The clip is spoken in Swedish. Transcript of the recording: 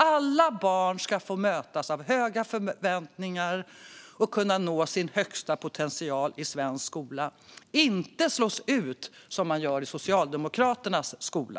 Alla barn ska få mötas av höga förväntningar och kunna nå sin högsta potential i svensk skola, inte slås ut så som sker i Socialdemokraternas skola.